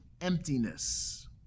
emptiness